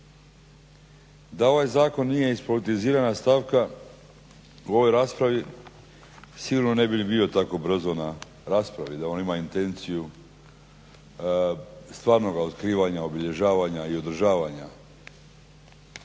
Da ovaj zakon nije ispolitizirana stavka u ovoj raspravi sigurno ne bi ni bio tako brzo na raspravi, da on ima intenciju stvarnoga otkrivanja, obilježavanja i održavanja